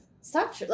Stop